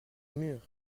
murs